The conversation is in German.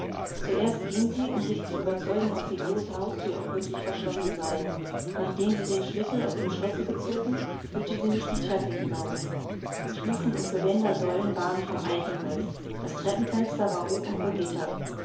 zuerst ging sie um sich zu überzeugen ob die große hausthür auch wirklich verschlossen sei nachdem sie den schlüssel aus dem schlosse gezogen führte sie mich die treppe hinauf stufen und geländersäulen waren von eichenholz das treppenfenster war hoch und vergittert